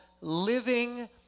Living